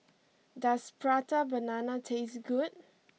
does Prata Banana taste good